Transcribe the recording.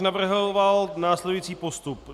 Navrhoval bych následující postup.